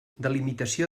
delimitació